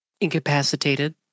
Incapacitated